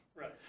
right